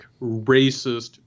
racist